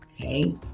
Okay